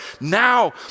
Now